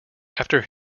after